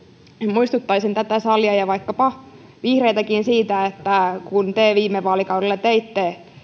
muistuttaisin tätä salia ja vaikkapa vihreitäkin siitä että kun te viime vaalikaudella teitte